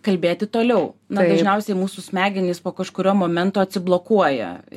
kalbėti toliau na dažniausiai mūsų smegenys po kažkurio momento atsiblokuoja